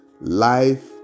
Life